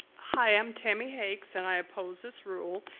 hi, i'm tammy hakes, and i oppose this rule.